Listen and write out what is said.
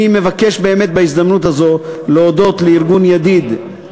אני מבקש באמת בהזדמנות הזאת להודות לארגון "ידיד"